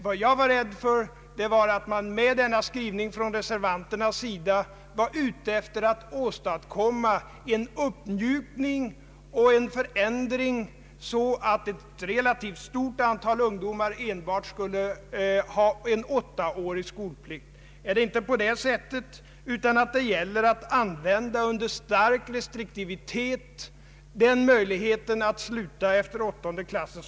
Vad jag befarade var att reservanterna med sin skrivning var ute efter att åstadkomma en uppmjukning och en förändring, så att ett relativt stort an tal ungdomar skulle ha enbart åttaårig skolplikt. Det gäller i stället att, med iakttagande av stor restriktivitet, använda möjligheten för eleverna att sluta efter åttonde klassen.